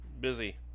busy